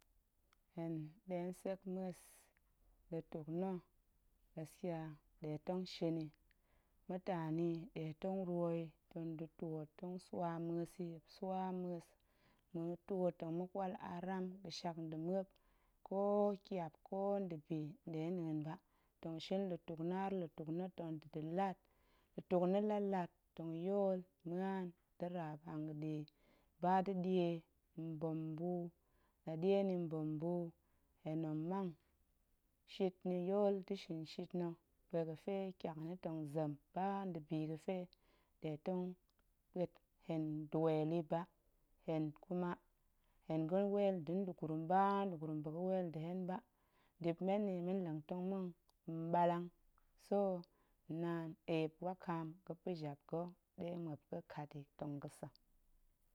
Hen nɗe sek mues lutuk na̱, gaskiya ɗe tong shin yi ma̱tani ɗe tong ruwo yi tong da̱ twoot tong swa mues yi, muop swa mues, ma̱twoot tong ma̱ƙwal aram ga̱shak nda̱ muop ƙo kyap ƙo nda̱bi nɗe nɗa̱a̱n ba, tong shin lutuk na̱ har lutuk na̱ tong da̱da̱ lat, lutuk na̱ lalat tong yool muan da̱ raap hanga̱ɗe ba da̱ ɗie mbambu, la ɗie ni mbambu, hen tong mang shit na̱ yool da̱ shinshit na̱ mpue ga̱fe tyak na̱ tong zem, ba nda̱bi ga̱fe nɗe tong ɓuet hen nda̱ weel yi ba, hen kuma hen ga̱ weel nda̱ nda̱ gurum ba nda̱gurum ba̱ ga̱weel nda̱ hen ba, ndip men nni ma̱nleng tong ma̱n mɓallang, so naan eep wakaam ga̱pa̱ jap ga̱ ɗe muop ga̱kat yi tong ga̱ sa̱.